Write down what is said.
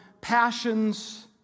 passions